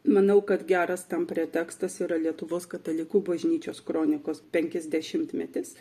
manau kad geras tam pretekstas yra lietuvos katalikų bažnyčios kronikos penkiasdešimtmetis